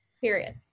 period